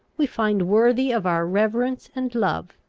we find worthy of our reverence and love.